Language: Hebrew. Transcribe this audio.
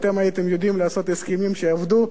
אתם ידעתם לעשות הסכמים שיעבדו,